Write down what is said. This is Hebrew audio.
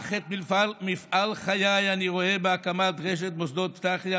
אך את מפעל חיי אני רואה בהקמת רשת מוסדות "פתחיה",